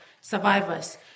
survivors